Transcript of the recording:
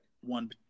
one